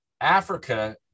Africa